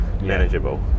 manageable